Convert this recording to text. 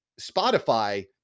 Spotify